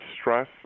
stress